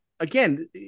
Again